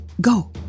Go